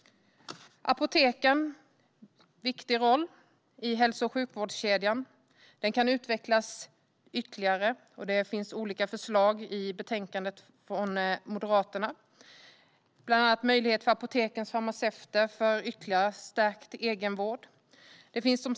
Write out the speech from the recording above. Apoteken har en viktig roll i hälso och sjukvårdskedjan. Den kan utvecklas ytterligare, och det finns olika förslag i betänkandet från Moderaterna. Bland annat finns ett förslag om möjligheter för ytterligare stärkt egenvård med hjälp av apotekens farmaceuter.